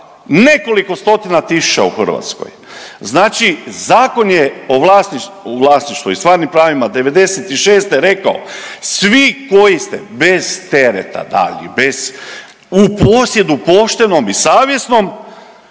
nekoliko stotina tisuća u Hrvatskoj. Znači Zakon je o vlasništvu, o vlasništvu i stvarnim pravima '96. rekao svi koji ste bez tereta, da li bez, u posjedu poštenom i savjesnom